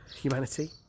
humanity